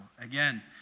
Again